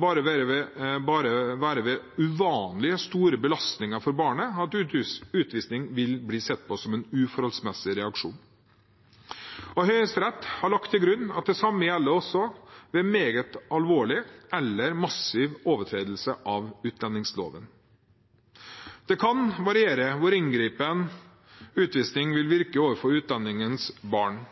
bare være ved uvanlig store belastninger for barnet at utvisning vil bli sett på som en uforholdsmessig reaksjon. Høyesterett har lagt til grunn at det samme gjelder også ved meget alvorlig eller massiv overtredelse av utlendingsloven. Det kan variere hvor inngripende utvisning vil virke overfor utlendingens barn.